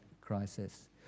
crisis